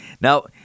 Now